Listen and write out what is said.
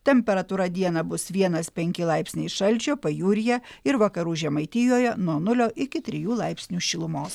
temperatūra dieną bus vienas penki laipsniai šalčio pajūryje ir vakarų žemaitijoje nuo nulio iki trijų laipsnių šilumos